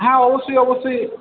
হ্যাঁ অবশ্যই অবশ্যই